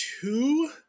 two